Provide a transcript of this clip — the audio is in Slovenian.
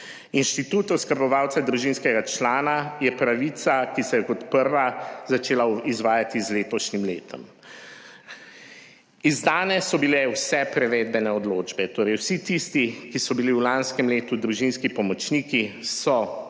Inštitut oskrbovalca družinskega člana je pravica, ki se je kot prva začela izvajati z letošnjim letom. Izdane so bile vse privedbene odločbe; torej vsi tisti, ki so bili v lanskem letu družinski pomočniki, so